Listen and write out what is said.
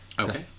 Okay